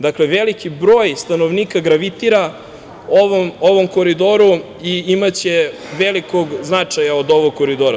Dakle, veliki broj stanovnika gravitira ovim koridorom i imaće velikog značaja od ovog koridora.